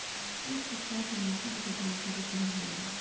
एक सपताह के मौसम के जनाकरी चाही हमरा